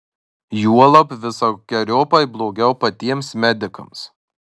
juolab visokeriopai blogiau patiems medikams